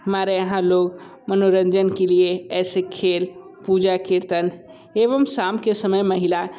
हमारे यहाँ लोग मनोरंजन के लिए ऐसे खेल पूजा कीर्तन एवं शाम के समय महिला